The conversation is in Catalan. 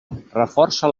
reforça